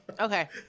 Okay